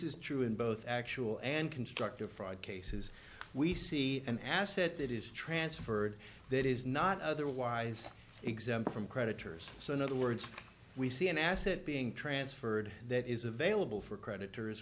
is true in both actual and constructive fraud cases we see an asset that is transferred that is not otherwise exempt from creditors so in other words we see an asset being transferred that is available for creditors